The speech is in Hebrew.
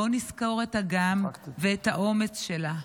בואו נזכור את אגם ואת האומץ שלה.